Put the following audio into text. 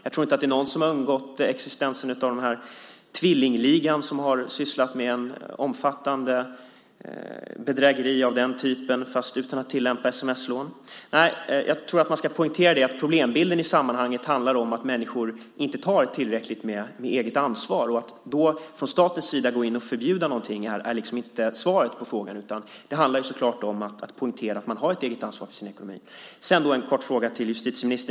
Jag tror inte att existensen av den så kallade tvillingligan, som har sysslat med omfattande bedrägeri fastän utan att använda sms-lån, har undgått någon. Jag tror att man ska poängtera att problembilden i sammanhanget handlar om att människor inte tar tillräckligt eget ansvar. Att då från statens sida gå in och förbjuda någonting är inte svaret på frågan. Det handlar om att poängtera att människor har ett eget ansvar för sin ekonomi. Sedan har jag en kort fråga till justitieministern.